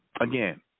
again